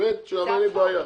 האמת שאין לי עם זה בעיה.